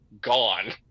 gone